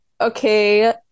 okay